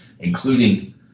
including